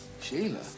sheila